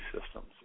systems